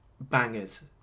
bangers